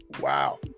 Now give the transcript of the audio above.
Wow